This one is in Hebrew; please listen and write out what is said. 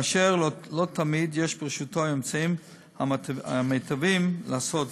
כאשר לא תמיד יש ברשותו האמצעים המיטביים לעשות זאת.